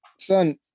Son